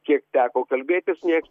kiek teko kalbėtis nieks